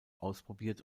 ausprobiert